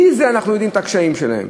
גם בלי זה אנחנו יודעים את הקשיים שלהם,